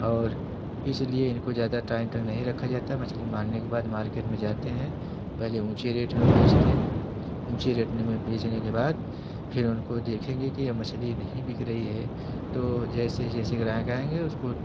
और इसलिए इनको ज़्यादा टाइम तक नहीं रखा जाता मछली मारने के बाद मार्केट में जाते हैं पहले ऊँचे रेट में बेचते हैं ऊँचे रेट में बेचने के बाद फिर उनको देखेंगे कि यह मछली नहीं बिक रही है तो जैसे जैसे ग्राहक आएँगे उसको